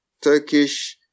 Turkish